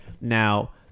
now